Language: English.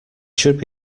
should